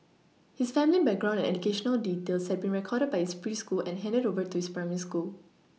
his family background and educational details had been recorded by his preschool and handed over to his primary school